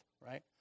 right